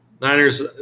Niners